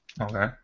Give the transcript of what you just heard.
okay